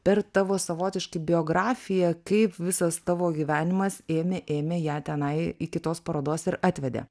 per tavo savotiškai biografiją kaip visas tavo gyvenimas ėmė ėmė ją tenai iki tos parodos ir atvedė